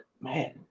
man